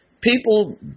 People